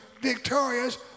victorious